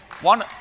One